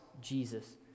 Jesus